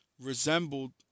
resembled